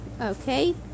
Okay